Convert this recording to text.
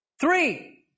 Three